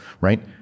Right